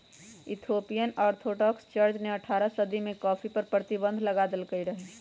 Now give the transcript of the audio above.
Ethiopian Orthodox church ने अठारह सदी में कॉफ़ी पर प्रतिबन्ध लगा देलकइ रहै